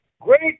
Great